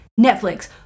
Netflix